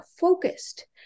focused